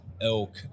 elk